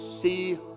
see